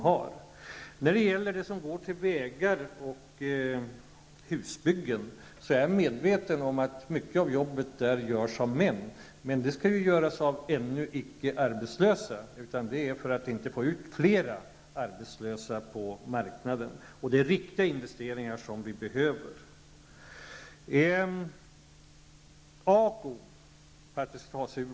Jag är medveten om att en stor del av arbetena med vägar och husbyggen görs av män. Men dessa jobb skall utföras av ännu icke arbetslösa i syfte att inte få ut än fler arbetslösa. Det är också riktiga investeringar som vi behöver.